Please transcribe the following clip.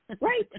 Right